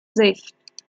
sicht